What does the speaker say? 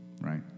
right